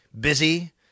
busy